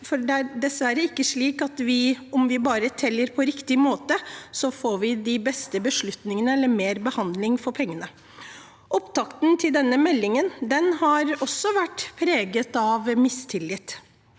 Det er dessverre ikke slik at om vi bare teller på riktig måte, får vi de beste beslutningene eller mer behandling for pengene. Opptakten til denne meldingen har også vært preget av mistillit,